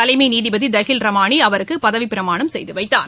தலைமை நீதிபதி தஹில் ரமாணி அவருக்கு பதவிப்பிரமாணம் செய்து வைத்தார்